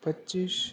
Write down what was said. પચીસ